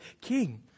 king